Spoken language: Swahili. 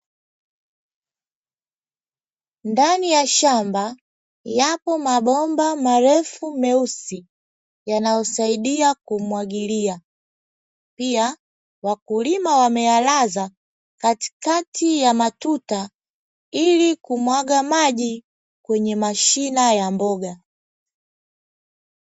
Ndani ya shamba yapo mabomba marefu meusi yanayosaidia kumwagilia, pia wakulima wameyalaza katikati ya matuta ili kumwaga maji kwenye mashina ya mboga.